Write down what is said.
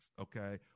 okay